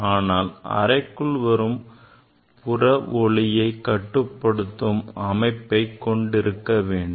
ஆனால் அறைக்குள் வரும் புற ஒளியை கட்டுப்படுத்தும் அமைப்பை கொண்டு இருக்க வேண்டும்